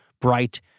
bright